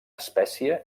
espècie